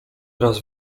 raz